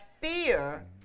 fear